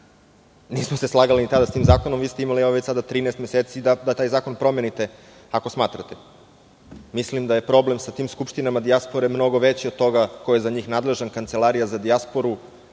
Nismo se slagali ni tada sa tim zakonom, vi ste imali evo već sada 13 meseci da taj zakon promenite, ako smatrate. Mislim da je problem sa tim skupštinama, dijaspora je mnogo veća od toga ko je za njih nadležan, Kancelarija za dijasporu,